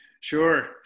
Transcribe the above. Sure